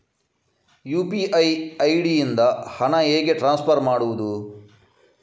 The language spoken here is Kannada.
ಯು.ಪಿ.ಐ ಐ.ಡಿ ಇಂದ ಹಣ ಹೇಗೆ ಟ್ರಾನ್ಸ್ಫರ್ ಮಾಡುದು?